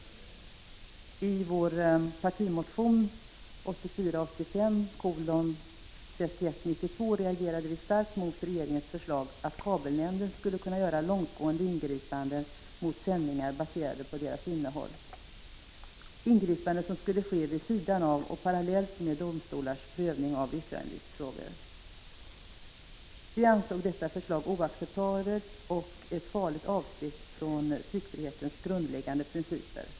I vår partimotion 1984/85:3192 reagerade vi starkt mot regeringens förslag att kabelnämnden skulle kunna göra långtgående ingripanden mot sändningar baserade på deras innehåll — ingripanden som skulle ske vid sidan av och parallellt med domstolars prövning av yttrandefrihetsfrågor. Vi ansåg detta förslag vara oacceptabelt och innebära ett farligt avsteg från tryckfrihetens grundläggande principer.